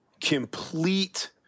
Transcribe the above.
complete